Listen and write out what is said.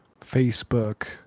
Facebook